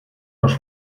los